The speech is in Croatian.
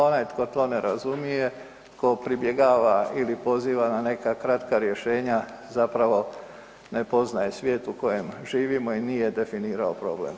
Onaj tko to ne razumije, tko pribjegava ili poziva na neka kratka rješenja zapravo ne poznaje svijet u kojem živimo i nije definirao problem.